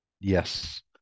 Yes